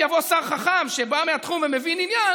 אם יבוא שר חכם שבא מהתחום ומבין עניין,